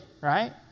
right